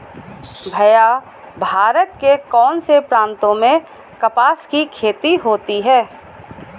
भैया भारत के कौन से प्रांतों में कपास की खेती होती है?